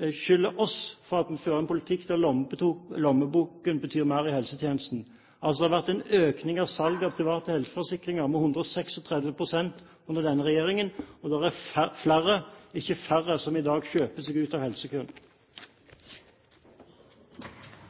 beskylder oss for å føre en politikk der lommeboken betyr mer i helsetjenesten. Det har vært en økning av salg av private helseforsikringer med 136 pst. under denne regjeringen, og det er flere, ikke færre, som i dag kjøper seg ut av helsekøen.